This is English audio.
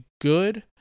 good